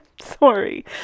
Sorry